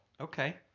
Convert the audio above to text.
Okay